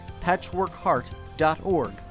patchworkheart.org